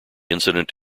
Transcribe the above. incident